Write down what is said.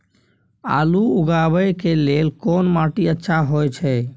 आलू उगाबै के लेल कोन माटी अच्छा होय है?